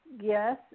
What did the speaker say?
yes